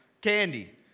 candy